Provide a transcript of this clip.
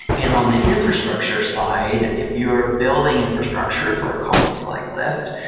and on the infrastructure side, if you're building infrastructure for a company like lyft,